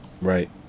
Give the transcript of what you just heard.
Right